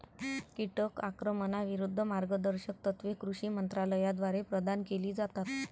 कीटक आक्रमणाविरूद्ध मार्गदर्शक तत्त्वे कृषी मंत्रालयाद्वारे प्रदान केली जातात